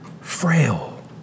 frail